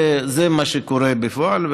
זה מה שקורה בפועל.